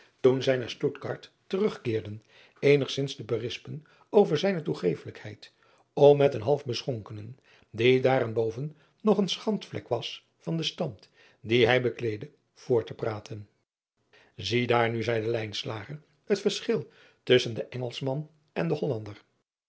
toen zij naar tuttgard terugkeerden eenigzins te berispen over zijne toegeeflijkheid om met een half beschonkenen die daarenboven nog een schandvlek was van den stand dien hij bekleedde voort te praten ie daar nu zeide het verschil tusschen den ngelschman en den ollander